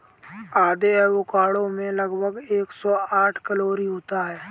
आधे एवोकाडो में लगभग एक सौ साठ कैलोरी होती है